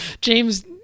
James